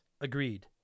agreed